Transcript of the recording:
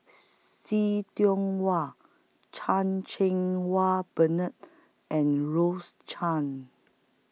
See Tiong Wah Chan Cheng Wah Bernard and Rose Chan